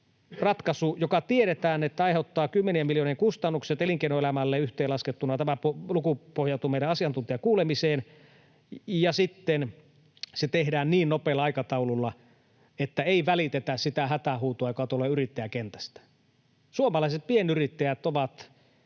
ratkaisu, jonka tiedetään aiheuttavan kymmenien miljoonien kustannukset elinkeinoelämälle yhteenlaskettuna. Tämä luku pohjautuu meidän asiantuntijakuulemiseen. Ja sitten se tehdään niin nopealla aikataululla, että ei välitetä siitä hätähuudosta, joka tulee yrittäjäkentästä. Suomalaiset pienyrittäjät ovat